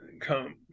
come